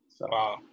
Wow